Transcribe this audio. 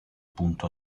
punto